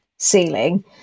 ceiling